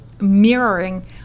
mirroring